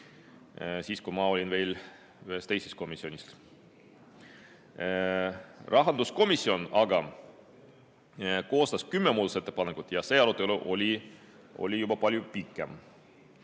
siis, kui ma olin veel ühes teises komisjonis. Rahanduskomisjon koostas 10 muudatusettepanekut ja see arutelu oli juba palju pikem.